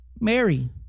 Mary